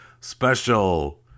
special